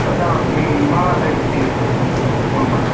अच्छा आप माला बेचती हैं फूलमाला